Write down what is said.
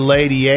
Lady